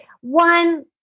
one